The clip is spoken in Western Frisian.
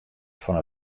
fan